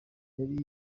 yari